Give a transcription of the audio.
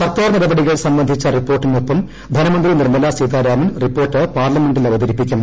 സർക്കാർ നടപടികൾ സംബന്ധിച്ച റിപ്പോർട്ടിനൊപ്പം ധനമന്ത്രി നിർമ്മല സീതാരാമൻ റിപ്പോർട്ട് പാർലമെന്റിൽ അവതരിപ്പിക്കും